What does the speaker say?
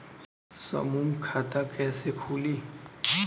समूह खाता कैसे खुली?